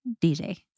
DJ